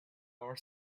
our